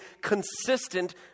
consistent